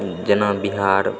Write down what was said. जेना बिहार